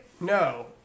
No